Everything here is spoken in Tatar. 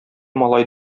малай